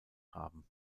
haben